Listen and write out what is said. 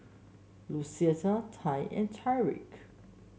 Lucetta Ty and Tyrik